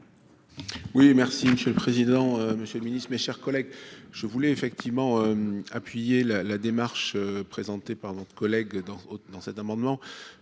Oui, merci Monsieur le président, Monsieur le Ministre, mes chers collègues, je voulais effectivement appuyer la démarche présentée par notre collègue dans dans cet amendement